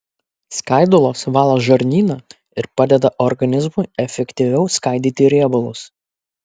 skaidulos valo žarnyną ir padeda organizmui efektyviau skaidyti riebalus